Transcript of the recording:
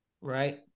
Right